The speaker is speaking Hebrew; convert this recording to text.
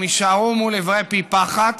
הם יישארו מול עברי פי פחת,